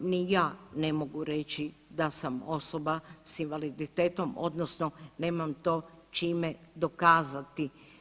Ni ja ne mogu reći da sam osoba sa invaliditetom, odnosno nemam to čime dokazati.